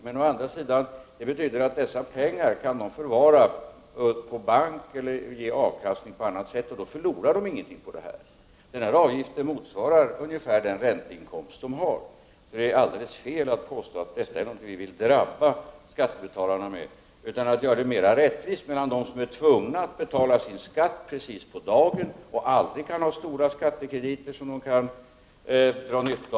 Men under tiden kan de förvara de pengar som det gäller på bank eller på annat sätt få avkastning på dem, och de förlorar ingenting på det. Avgiften motsvarar ungefär den ränteinkomst som man gör. Det är alldeles fel att påstå att vi är ute efter att ansätta skattebetalarna på något sätt i detta sammanhang. Vi vill i stället skapa större rättvisa mellan dem som är tvungna att betala sin skatt precis på dagen och aldrig kan dra nytta av stora skattekrediter samt dem som kan göra detta.